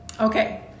Okay